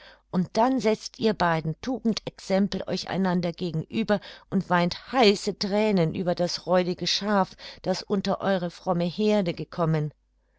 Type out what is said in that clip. und dann setzt ihr beiden tugendexempel euch einander gegenüber und weint heiße thränen über das räudige schaf das unter eure fromme heerde gekommen